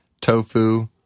tofu